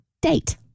date